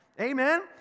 Amen